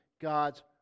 God's